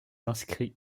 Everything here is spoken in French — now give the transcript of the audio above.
inscrits